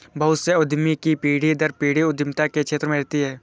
बहुत से उद्यमी की पीढ़ी दर पीढ़ी उद्यमिता के क्षेत्र में रहती है